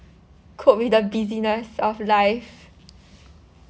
cope with the busyness of life